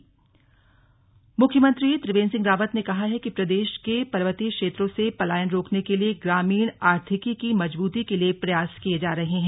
slug CM पलायन मुख्यमंत्री त्रिवेन्द्र सिंह रावत ने कहा है कि प्रदेश के पर्वतीय क्षेत्रों से पलायन रोकने के लिये ग्रामीण आर्थिकी की मजबूती के लिये प्रयास किये जा रहे हैं